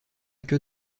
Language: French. que